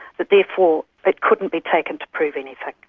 that therefore that couldn't be taken to prove anything,